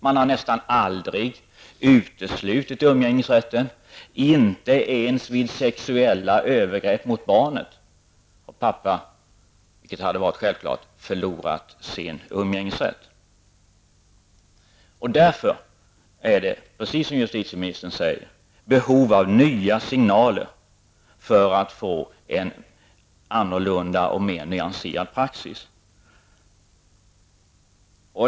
Man har nästan aldrig uteslutit umgängesrätten, och inte ens vid sexuella övergrepp mot barnen har pappan, vilket borde vara självklart, förlorat sin umgängesrätt. Det finns därför, precis som justitieministern säger, behov av nya signaler för att få en annorlunda och mer nyanserad praxis.